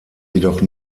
jedoch